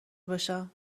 باشم